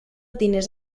diners